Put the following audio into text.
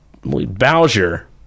Bowser